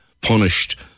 punished